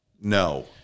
no